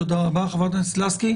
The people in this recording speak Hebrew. תודה רבה, חברת הכנסת לסקי.